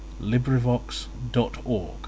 LibriVox.org